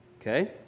Okay